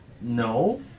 No